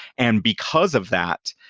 and because of that,